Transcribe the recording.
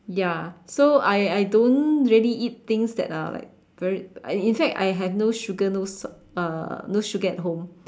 ya so I I don't really eat thing that are like very in in fact I have no sugar no salt uh no sugar at home